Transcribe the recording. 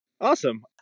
Awesome